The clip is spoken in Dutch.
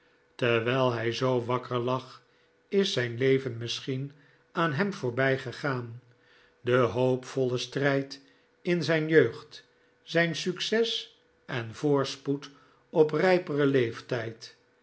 terwijl hij zoo wakker lag is zijn leven misschien aan hem voorbijgegaan de hoopvolle strijd in zijn jeugd zijn succes en voorspoed op rijperen leeftijd